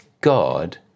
God